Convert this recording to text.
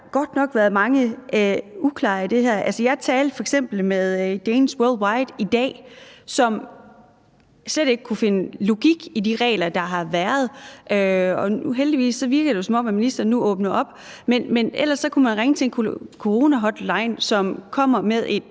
Der har godt nok været mange uklarheder i det her. Jeg har f.eks. talt med Danes Worldwide i dag, som slet ikke kunne finde logikken i de regler, der har været. Heldigvis virker det, som om ministeren nu åbner op. Man har kunnet ringe til en coronahotline, som kommer med et